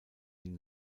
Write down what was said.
den